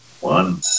One